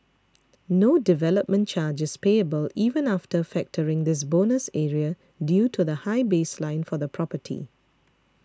no development charge is payable even after factoring this bonus area due to the high baseline for the property